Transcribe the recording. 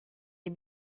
est